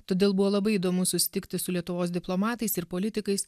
todėl buvo labai įdomu susitikti su lietuvos diplomatais ir politikais